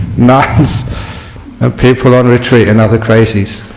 nuns and people on retreat and other crazies